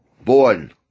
born